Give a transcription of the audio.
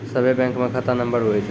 सभे बैंकमे खाता नम्बर हुवै छै